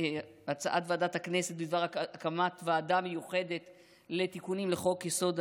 בדבר הקמת ועדה מיוחדת לתיקונים לחוק-יסוד: